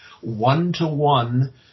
one-to-one